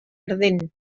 ardent